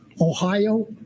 Ohio